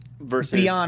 Versus